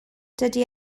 dydy